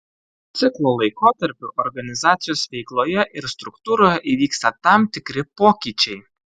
ciklo laikotarpiu organizacijos veikloje ir struktūroje įvyksta tam tikri pokyčiai